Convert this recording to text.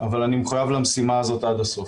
אבל אני מחויב למשימה הזאת עד הסוף.